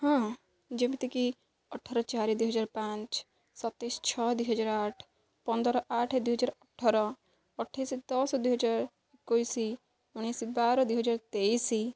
ହଁ ଯେମିତିକି ଅଠର ଚାରି ଦୁଇହଜାର ପାଞ୍ଚ ସତେଇଶ ଛଅ ଦୁଇହଜାର ଆଠ ପନ୍ଦର ଆଠ ଦୁଇହଜାର ଅଠର ଅଠେଇଶ ଦଶ ଦୁଇହଜାର ଏକୋଇଶ ଉଣେଇଶ ବାର ଦୁଇହଜାର ତେଇଶ